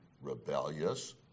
rebellious